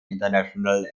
international